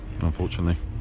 unfortunately